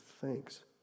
thanks